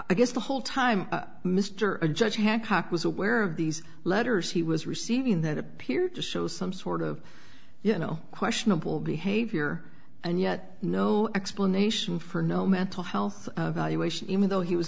i guess the whole time mr a judge hancock was aware of these letters he was receiving that appeared to show some sort of you know questionable behavior and yet no explanation for no mental health evaluation even though he was